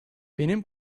benim